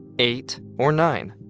eight or nine?